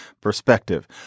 perspective